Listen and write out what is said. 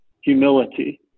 humility